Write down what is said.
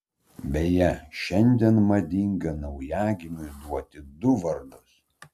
beje šiandien madinga naujagimiui duoti du vardus